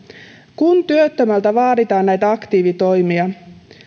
kun työttömältä vaaditaan näitä aktiivitoimia